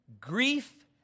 grief